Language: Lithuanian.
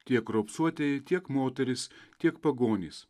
tiek raupsuotieji tiek moterys tiek pagonys